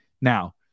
now